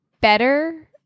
better